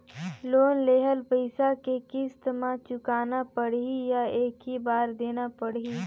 Loan लेहल पइसा के किस्त म चुकाना पढ़ही या एक ही बार देना पढ़ही?